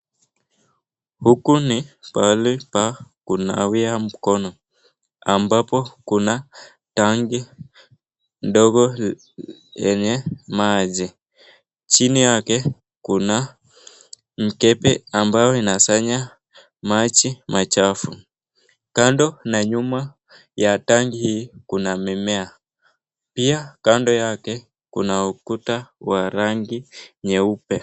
Huku ni pahali pa kunawia mkono ambapo kuna tanki ndogo yenye maji. Chini yake kuna mkebe ambayo inasanya maji machafu. Kando na nyuma ya tanki hii, kuna mimea pia kando yake kuna ukuta wa rangi nyeupe.